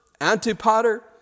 Antipater